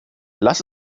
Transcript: lass